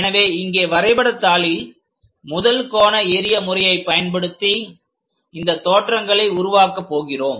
எனவே இங்கே வரைபடத் தாளில் முதல் கோண ஏறிய முறையை பயன்படுத்தி இந்த தோற்றங்களை உருவாக்கப் போகிறோம்